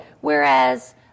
whereas